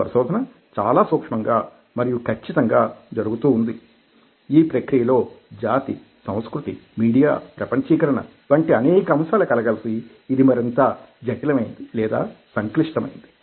ఈ పరిశోధన చాలా సూక్ష్మంగా మరియు ఖచ్చితంగా జరుగుతూ ఉంది ఈ ప్రక్రియలో జాతి సంస్కృతి మీడియా ప్రపంచీకరణ వంటి అనేక అంశాలు కలగలిసి ఇది మరింత జటిలమయ్యింది లేదా సంక్లిష్టమైంది